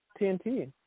TNT